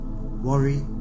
worry